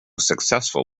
successful